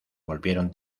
volvieron